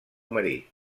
marit